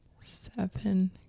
seven